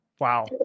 Wow